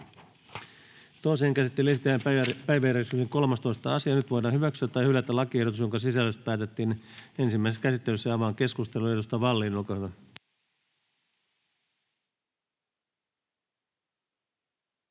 Toiseen käsittelyyn esitellään päiväjärjestyksen 13. asia. Nyt voidaan hyväksyä tai hylätä lakiehdotus, jonka sisällöstä päätettiin ensimmäisessä käsittelyssä. — Avaan keskustelun. Edustaja Vallin, olkaa hyvä.